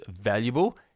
valuable